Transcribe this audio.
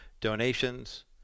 donations